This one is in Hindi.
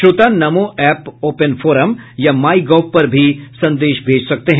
श्रोता नमो ऐप ओपन फोरम या माई गोव पर भी संदेश भेज सकते हैं